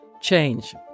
change